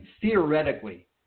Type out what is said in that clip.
theoretically